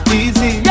easy